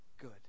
good